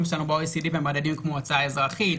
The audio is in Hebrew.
שלנו ב-OECD במדדים כמו הוצאה אזרחית,